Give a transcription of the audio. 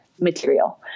material